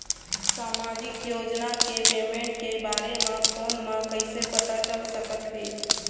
सामाजिक योजना के पेमेंट के बारे म फ़ोन म कइसे पता चल सकत हे?